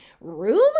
room